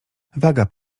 waga